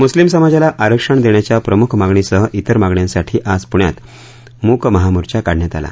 मुस्लीम समाजाला आरक्षण देण्याच्या प्रमुख मागणीसह इतर मागण्यांसाठी आज पुण्यात मुस्लीम मूक महामोर्चा काढण्यात आला